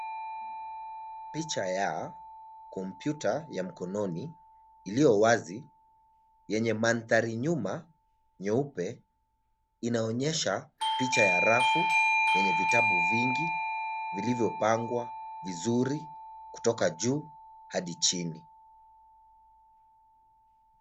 Picha ya kompyuta ya mkononi iliyo wazi yenye mandhari nyuma nyeupe. Inaonyesha picha ya rafu yenye vitabu vingi vilivyopangwa vizuri kutoka juu hadi chini.